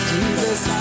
Jesus